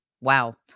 Wow